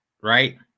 right